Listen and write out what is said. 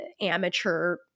amateur